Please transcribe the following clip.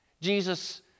Jesus